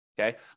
okay